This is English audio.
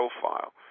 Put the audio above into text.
profile